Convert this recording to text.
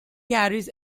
carries